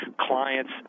clients